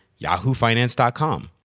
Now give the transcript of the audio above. YahooFinance.com